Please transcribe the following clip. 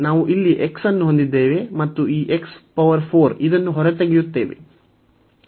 ನಾವು ಇಲ್ಲಿ x ಅನ್ನು ಹೊಂದಿದ್ದೇವೆ ಮತ್ತು ಈ ಇದನ್ನು ಹೊರತೆಗೆಯುತ್ತೇವೆ